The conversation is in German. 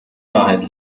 wahrheit